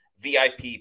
VIP